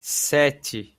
sete